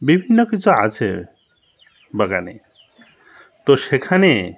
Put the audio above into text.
বিভিন্ন কিছু আছে বাগানে তো সেখানে